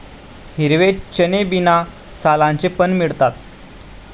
हिरवे चणे बिना सालांचे पण मिळतात